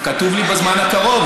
כתוב לי "בזמן הקרוב".